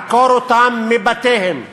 לעקור אותם מבתיהם.